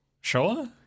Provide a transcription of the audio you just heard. Sure